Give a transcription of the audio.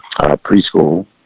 preschool